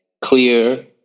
clear